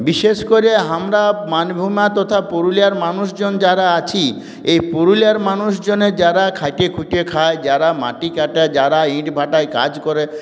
বিশেষ করে আমরা মানভূমরা তথা পুরুলিয়ার মানুষজন যারা আছি এই পুরুলিয়ার মানুষজনের যারা খেটে খুটে খায় যারা মাটি কাটে যারা ইঁটভাটায় কাজ করে